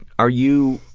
are you